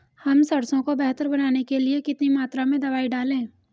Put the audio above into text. हम सरसों को बेहतर बनाने के लिए कितनी मात्रा में दवाई डालें?